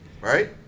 right